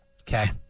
Okay